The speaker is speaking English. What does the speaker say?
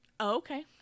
Okay